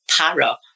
para